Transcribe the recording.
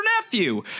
nephew